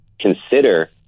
consider